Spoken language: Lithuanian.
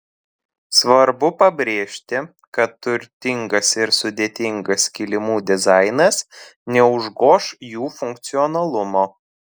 svarbu pabrėžti kad turtingas ir sudėtingas kilimų dizainas neužgoš jų funkcionalumo